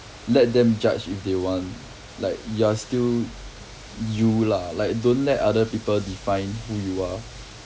let them judge if they want like you're still you lah like don't let other people define who you are